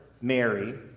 Mary